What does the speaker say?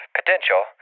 potential